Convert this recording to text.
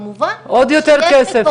כמובן שיש חיסכון --- עוד יותר כסף,